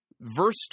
verse